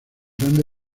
grande